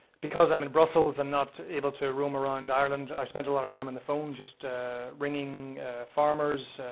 because i'm in brussels and not able to roam around ireland, i spent a lot of time on the phone just ringing farmers,